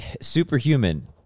Superhuman